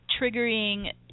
triggering